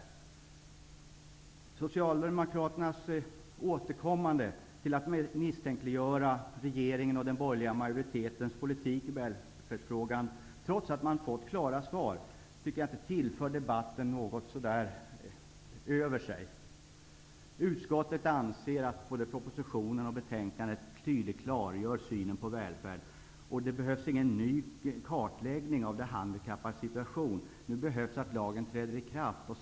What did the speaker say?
Socialdemokraterna återkommer och försöker misstänkliggöra regeringens och den borgerliga majoritetens politik i välfärdsfrågan, trots att de har fått klara svar. Det tillför inte något till debatten. Utskottet anser att både propositionen och betänkandet tydligt klargör synen på välfärden. Det behövs inte någon ny kartläggning av de handikappades situation. Nu behövs att lagen träder i kraft.